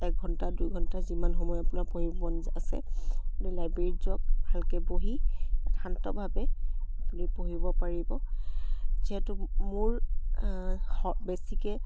এঘণ্টা দুঘণ্টা যিমান সময় আপোনাৰ পঢ়িবৰ মন আছে আপুনি লাইব্ৰেৰীত যাওক ভালকৈ বহি শান্তভাৱে আপুনি পঢ়িব পাৰিব যিহেতু মোৰ স বেছিকৈ